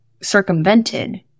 circumvented